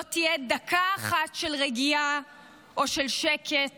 לא תהיה דקה אחת של רגיעה או של שקט